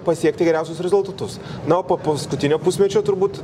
pasiekti geriausius rezultatus na o po paskutinio pusmečio turbūt